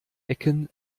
ecken